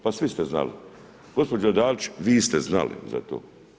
Pa svi ste znali, gospođo Dalić vi ste znali za to.